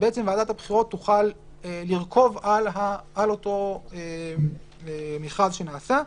ועדת הבחירות תוכל לרכב על אותו מכרז שנעשה,